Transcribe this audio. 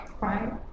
Right